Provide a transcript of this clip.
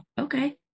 okay